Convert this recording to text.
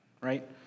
right